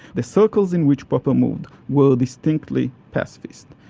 the circles in which popper moved were distinctly pacifist.